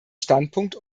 standpunkt